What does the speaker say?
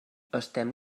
estem